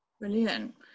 Brilliant